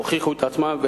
הוכיחו את עצמם,